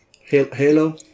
Halo